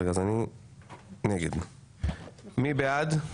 מי בעד?